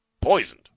poisoned